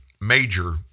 major